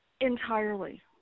entirely